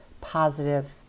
positive